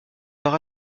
par